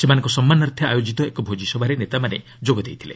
ସେମାନଙ୍କ ସମ୍ମାନାର୍ଥେ ଆୟୋଜିତ ଏକ ଭୋକିସଭାରେ ନେତାମାନେ ଯୋଗ ଦେଇଥିଲେ